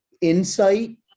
insight